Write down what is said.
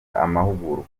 amahugurwa